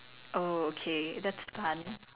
oh okay that's fun